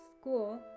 School